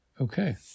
okay